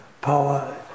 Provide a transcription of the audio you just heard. power